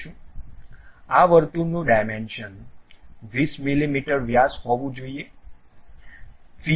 આ વર્તુળનું ડાયમેંશન 20 મીમી વ્યાસ હોવું જોઈએ